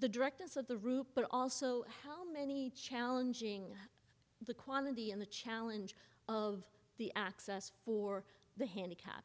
the directness of the route but also how many challenging the quality and the challenge of the access for the handicapped